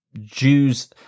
Jews